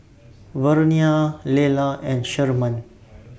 Vernia Lela and Sherman